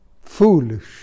foolish